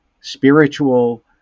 spiritual